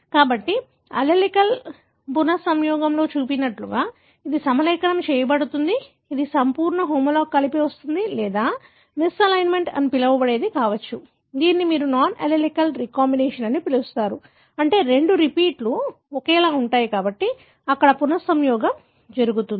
కాబట్టి అల్లెలిక్ పునఃసంయోగంలో చూపినట్లుగా ఇది సమలేఖనం చేయబడుతుంది ఇది సంపూర్ణ హోమోలాగ్ కలిసి వస్తుంది లేదా మిస్అలైన్మెంట్ అని పిలవబడేది కావచ్చు దీనిని మీరు నాన్ అల్లెలిక్ రీకంబినేషన్ అని పిలుస్తారు అంటే రెండు రిపీట్లు ఒకేలా ఉంటాయి కాబట్టి అక్కడ పునఃసంయోగం జరుగుతోంది